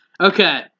okay